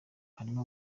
harimo